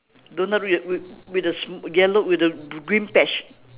doughnut ring with with a sm~ yellow with a gre~ green patch